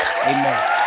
Amen